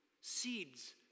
Seeds